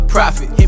Profit